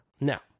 Now